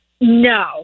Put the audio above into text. No